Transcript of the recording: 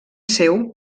seu